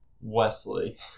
Wesley